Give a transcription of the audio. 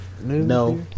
No